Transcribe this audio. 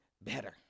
better